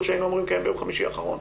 שהיינו אמורים לקיים ביום חמישי האחרון.